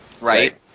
right